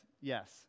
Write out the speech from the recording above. yes